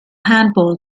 handball